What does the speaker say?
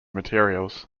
materials